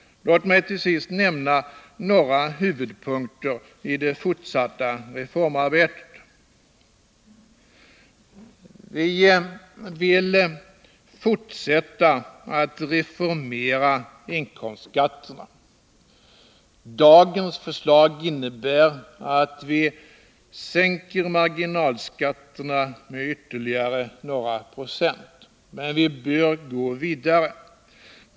Låt mig till sist nämna några huvudpunkter i det fortsatta reformarbetet. Vi vill fortsätta att reformera inkomstskatterna. Dagens förslag innebär att vi sänker marginalskatterna med ytterligare några procent, men vi bör gå vidare.